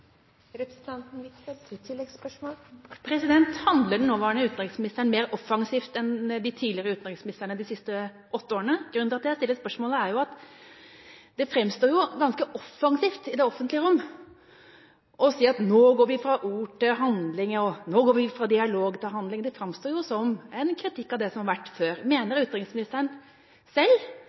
Handler den nåværende utenriksministeren mer offensivt enn det de tidligere utenriksministrene de siste åtte årene gjorde? Grunnen til at jeg stiller spørsmålet, er at det framstår ganske offensivt i det offentlige rom å si at nå går vi fra ord til handling, nå går vi fra dialog til handling. Det framstår jo som en kritikk av det som har vært før. Mener utenriksministeren selv